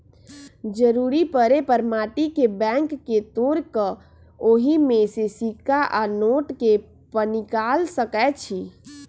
जरूरी परे पर माटी के बैंक के तोड़ कऽ ओहि में से सिक्का आ नोट के पनिकाल सकै छी